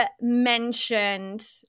mentioned